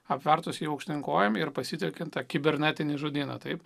apvertusį aukštyn kojom ir pasitelkiant kibernetinį žodyną taip